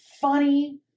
funny